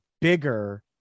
bigger